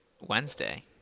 Wednesday